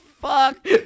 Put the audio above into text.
fuck